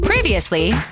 Previously